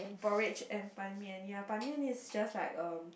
porridge and Ban-Mian ya Ban-Mian is just like um